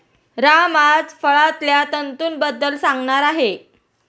राम आज फळांतल्या तंतूंबद्दल सांगणार आहे